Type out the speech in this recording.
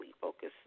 focus